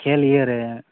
ᱠᱷᱮᱞ ᱤᱭᱟᱹᱨᱮ